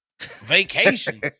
Vacation